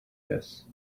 this